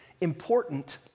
important